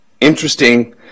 interesting